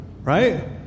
right